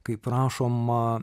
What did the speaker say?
kaip rašoma